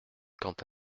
quant